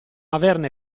averne